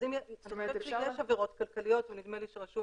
אז אני חושבת שיש עבירות כלכליות ונדמה לי שרשום